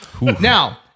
Now